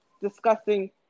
discussing